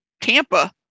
Tampa